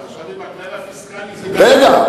עכשיו, עם הכלל הפיסקלי, רגע.